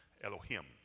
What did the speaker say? Elohim